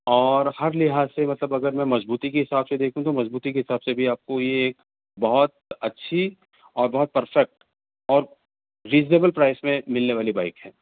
اور ہر لحاظ سے مطلب اگر میں مضبوطی کے حساب سے دیکھوں تو مضبوطی کے حساب سے بھی آپ کو یہ ایک بہت اچھی اور بہت پرفیکٹ اور ریزنیبل پرائز میں ملنے والی بائک ہے